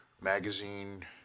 magazine